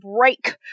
break